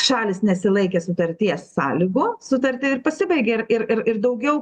šalys nesilaikė sutarties sąlygų sutartį ir pasibaigė ir ir ir daugiau